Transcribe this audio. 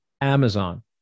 Amazon